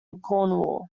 cornwall